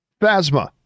phasma